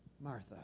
Martha